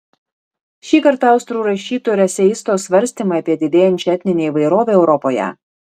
šįkart austrų rašytojo ir eseisto svarstymai apie didėjančią etninę įvairovę europoje